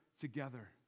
together